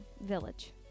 Village